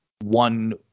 one